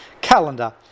calendar